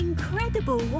incredible